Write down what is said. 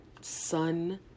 sun